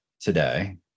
today